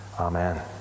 Amen